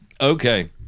Okay